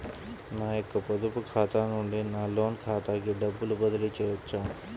నా యొక్క పొదుపు ఖాతా నుండి నా లోన్ ఖాతాకి డబ్బులు బదిలీ చేయవచ్చా?